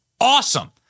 awesome